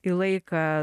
į laiką